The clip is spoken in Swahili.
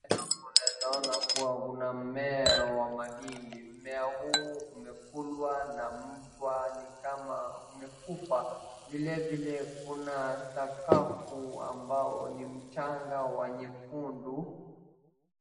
Unaeza ona kuwa kuna mmea wa mahindi, mmea huu umekulwa na mchwa ni kama umekufa. Vile vile kuna sakafu ambao ni mchanga wa nyekundu.